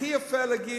הכי יפה להגיד,